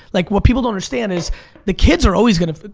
like what people don't understand is the kids are always gonna,